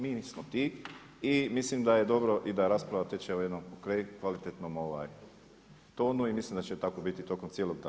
Mi nismo ti i mislim da je dobro i da rasprava teče u jednom kvalitetnom tonu i mislim da će tako biti tokom cijelog dana.